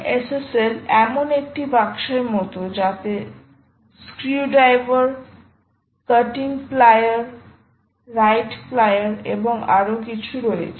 OpenSSL এমন একটি বাক্সের মতো যাতে screwdriver cutting plus right plus এবং আরো কিছু রয়েছে